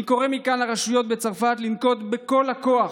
אני קורא מכאן לרשויות בצרפת לנקוט את כל הכוח,